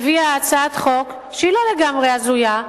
מביאה הצעת חוק שהיא לא לגמרי הזויה,